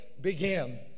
Begin